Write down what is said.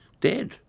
dead